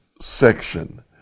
section